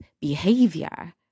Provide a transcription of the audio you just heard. behavior